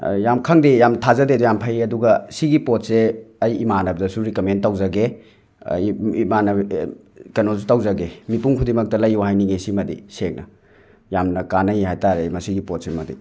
ꯌꯥꯝ ꯈꯪꯗꯦ ꯌꯥꯝ ꯊꯥꯖꯗꯦ ꯌꯥꯝ ꯐꯩ ꯑꯗꯨꯒ ꯁꯤꯒꯤ ꯄꯣꯠꯁꯦ ꯑꯩ ꯏꯃꯥꯟꯅꯕꯗꯁꯨ ꯔꯤꯀꯃꯦꯟ ꯇꯧꯖꯒꯦ ꯏꯝꯃꯥꯟꯅꯕ ꯀꯩꯅꯣꯁꯨ ꯇꯧꯖꯒꯦ ꯃꯤꯄꯨꯝ ꯈꯨꯗꯤꯡꯃꯛꯇ ꯂꯩꯌꯣ ꯍꯥꯏꯅꯤꯡꯉꯦ ꯁꯤꯃꯗꯤ ꯁꯦꯡꯅ ꯌꯥꯝꯅ ꯀꯥꯟꯅꯩ ꯍꯥꯏ ꯇꯥꯔꯦ ꯃꯁꯤꯒꯤ ꯄꯣꯠꯁꯤꯃꯗꯤ